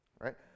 right